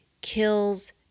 kills